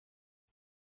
اون